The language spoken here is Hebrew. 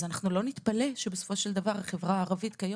אז לא נתפלא שבסופו של דבר,